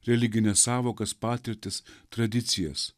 religines sąvokas patirtis tradicijas